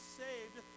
saved